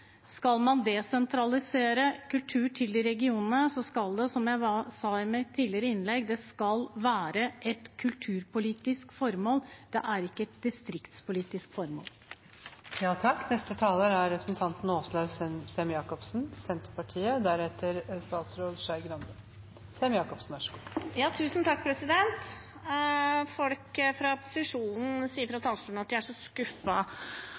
Skal man desentralisere kultur til regionene, skal det, som jeg sa i mitt tidligere innlegg, være et kulturpolitisk formål. Det er ikke et distriktspolitisk formål. Folk fra posisjonen sier at de er så